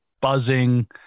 buzzing